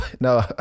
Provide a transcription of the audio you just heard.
No